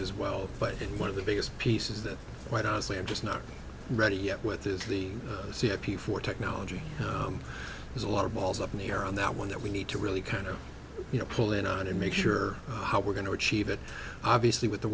as well but one of the biggest pieces that quite honestly i'm just not ready yet with is the c f p for technology there's a lot of balls up in the air on that one that we need to really kind of you know pull it out and make sure how we're going to achieve it obviously with the